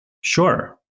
Sure